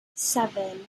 seven